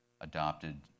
adopted